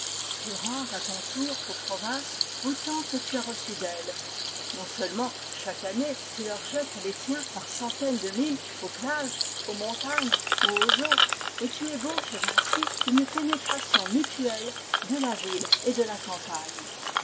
tu rends à ton tour aux provinces autant que tu as reçu d'elles non seulement chaque année tu leur jettes les tiens par centaines de mille aux plages aux montagnes ou aux eaux et tu ébauches ainsi une pénétration mutuelle de la ville et de la campagne